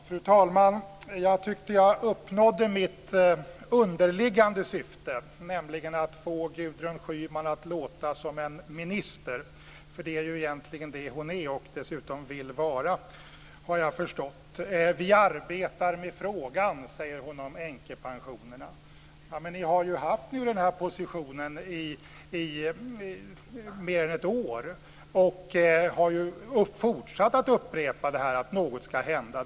Fru talman! Jag tyckte att jag uppnådde mitt underliggande syfte, nämligen att få Gudrun Schyman att låta som en minister. Det är egentligen det hon är, och dessutom vill vara, har jag förstått. Vi arbetar med frågan, säger hon om änkepensionerna. Ni har nu haft den här positionen i mer än ett år och har fortsatt att upprepa att något ska hända.